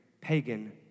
pagan